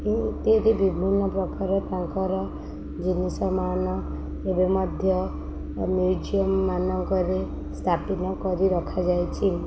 ଇତ୍ୟାଦି ବିଭିନ୍ନ ପ୍ରକାର ତାଙ୍କର ଜିନିଷମାନ ଏବେ ମଧ୍ୟ ମ୍ୟୁଜିୟମ୍ ମାନଙ୍କରେ ସ୍ଥାପନ କରି ରଖାଯାଇଛି